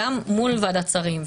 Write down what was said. "למנוע את הפגיעה הנוספת",